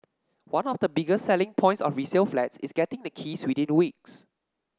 one of the biggest selling points of resale flats is getting the keys weeks